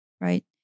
right